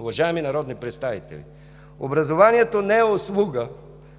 Уважаеми народни представители, образованието не е услуга,